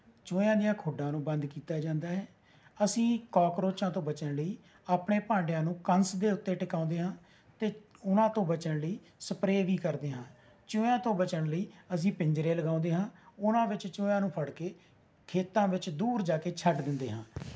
ਚੂਹਿਆਂ ਦੀਆਂ ਖੁੱਡਾਂ ਨੂੰ ਬੰਦ ਕੀਤਾ ਜਾਂਦਾ ਹੈ ਅਸੀਂ ਕੋਕਰੋਚਾਂ ਤੋਂ ਬਚਣ ਲਈ ਆਪਣੇ ਭਾਂਡਿਆਂ ਨੂੰ ਕੰਸ ਦੇ ਉੱਤੇ ਟਿਕਾਉਂਦੇ ਹਾਂ ਅਤੇ ਉਹਨਾਂ ਤੋਂ ਬਚਣ ਲਈ ਸਪ੍ਰੇ ਵੀ ਕਰਦੇ ਹਾਂ ਚੂਹਿਆਂ ਤੋਂ ਬਚਣ ਲਈ ਅਸੀਂ ਪਿੰਜਰੇ ਲਗਾਉਂਦੇ ਹਾਂ ਉਹਨਾਂ ਵਿੱਚ ਚੂਹਿਆਂ ਨੂੰ ਫੜ ਕੇ ਖੇਤਾਂ ਵਿੱਚ ਦੂਰ ਜਾ ਕੇ ਛੱਡ ਦਿੰਦੇ ਹਾਂ